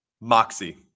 Moxie